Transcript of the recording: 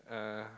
uh